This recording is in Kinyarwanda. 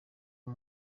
uwo